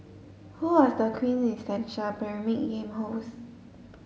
who was the quintessential Pyramid Game host